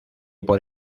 por